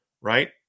Right